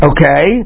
Okay